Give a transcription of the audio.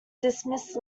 dismissed